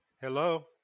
Hello